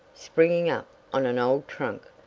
springing up on an old trunk.